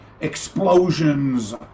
explosions